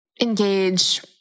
engage